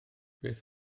beth